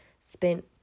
spent